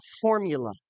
formula